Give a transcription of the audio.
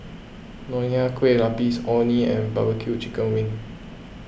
Nonya Kueh Lapis Orh Nee and Barbecue Chicken Wings